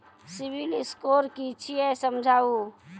Civil score कि छियै समझाऊ?